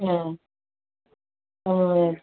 ம் ம்